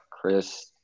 Chris